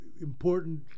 important